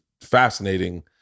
fascinating